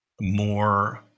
more